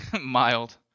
Mild